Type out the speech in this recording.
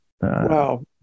wow